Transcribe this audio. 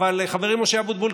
אבל חברי משה אבוטבול,